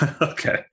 Okay